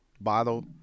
bottle